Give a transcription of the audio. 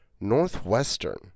Northwestern